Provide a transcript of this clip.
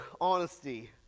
honesty